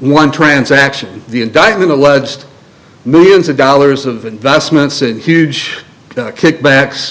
one transaction the indictment alleged millions of dollars of investments and huge kickbacks